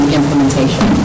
implementation